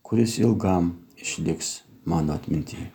kuris ilgam išliks mano atminty